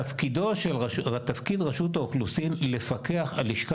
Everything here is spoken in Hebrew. תפקיד רשות האוכלוסין לפקח על לשכה